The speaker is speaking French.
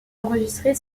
enregistrée